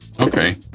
Okay